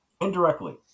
Indirectly